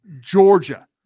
Georgia